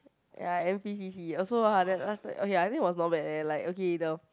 ya n_p_c_c also !wah! that last time oh ya I think was not bad leh like okay the